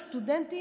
המהות,